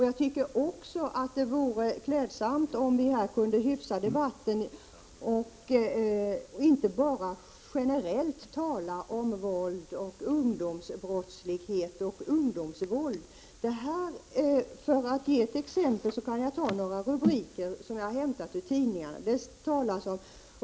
Jag tycker därför att det vore bra om vi strukturerade debatten så att vi inte bara generellt talar om våld utifrån ungdomsbrottslighet och ungdomsvåld. Jag skall ge några exempel på rubriker som har funnits i tidningarna.